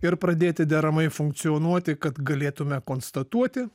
ir pradėti deramai funkcionuoti kad galėtume konstatuoti